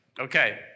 Okay